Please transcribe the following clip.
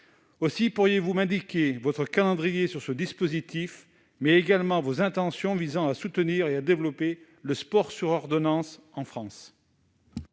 Aussi, pourriez-vous m'indiquer votre calendrier sur ce dispositif, mais également vos intentions pour soutenir et développer le sport sur ordonnance en France ?